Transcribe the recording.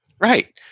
Right